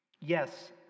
Yes